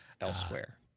elsewhere